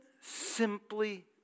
simply